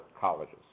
colleges